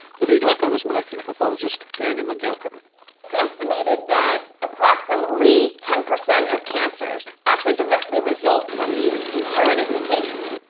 the lead author was a molecular pathologist diana mandelker. it is estimated that approximately ten percent of cancers actually directly result from these inherited mutations.